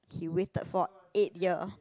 he waited for eight year